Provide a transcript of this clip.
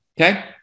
Okay